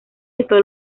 esto